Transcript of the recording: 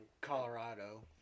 Colorado